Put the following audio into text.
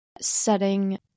setting